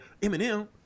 Eminem